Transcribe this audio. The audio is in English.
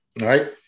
right